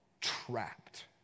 Trapped